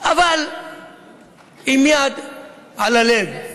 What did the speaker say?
אבל עם יד על הלב,